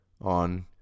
on